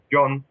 John